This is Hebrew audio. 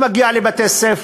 הוא מגיע לבתי-ספר,